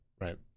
right